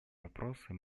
вопросы